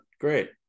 Great